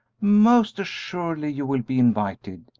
most assuredly you will be invited,